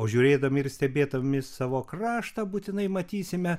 o žiūrėdami ir stebėdami savo kraštą būtinai matysime